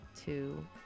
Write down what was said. to-